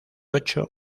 ocho